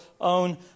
own